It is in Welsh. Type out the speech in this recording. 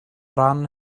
ran